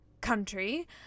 country